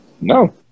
no